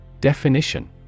Definition